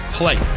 play